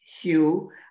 Hugh